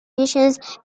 nuisance